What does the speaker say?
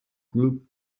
group